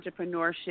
entrepreneurship